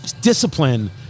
discipline